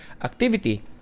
activity